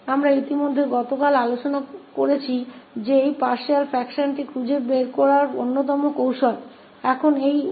हम कल पहले ही चर्चा कर चुके हैं कि यह आंशिक भिन्नों को खोजने की तकनीकों में से एक है